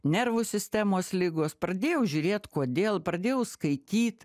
nervų sistemos ligos pradėjau žiūrėt kodėl pradėjau skaityt